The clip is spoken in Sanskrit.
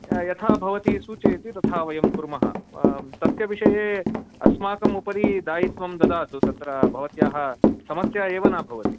यथा भवति सूचयति तथा वयं कुर्मः तस्य विषये अस्माकम् उपरि दायित्वं ददातु तत्र भवत्याः समस्या एव न भवति